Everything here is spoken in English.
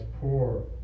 poor